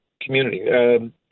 community